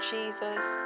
Jesus